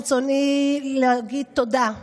ברצוני להגיד תודה,